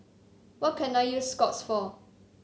what can I use Scott's for